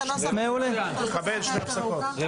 מקווה שזה הדיון האחרון בפרק י"ט